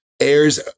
airs